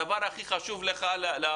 הדבר הכי חשוב הוא שהדברים